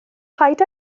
paid